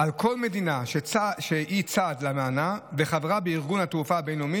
של כל מדינה שהיא צד לאמנה וחברה בארגון התעופה הבין-לאומי